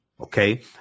Okay